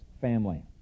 family